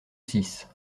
six